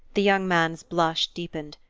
the young man's blush deepened.